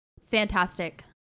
fantastic